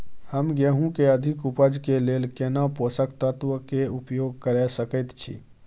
हम गेहूं के अधिक उपज के लेल केना पोषक तत्व के उपयोग करय सकेत छी?